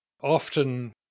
often